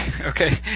Okay